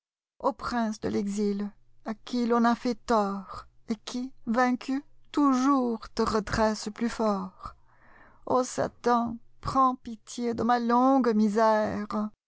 au prince de l'exil à qui ton a fait tort et qui vaincu toujours te redresses plus fort ô satan prends pitié de ma longue misère